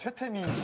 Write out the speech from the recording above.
taemin.